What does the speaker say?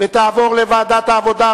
לדיון מוקדם בוועדת העבודה,